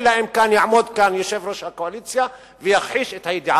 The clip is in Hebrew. אלא אם כן יעמוד כאן יושב-ראש הקואליציה ויכחיש את הידיעה.